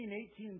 18